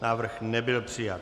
Návrh nebyl přijat.